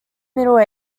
middle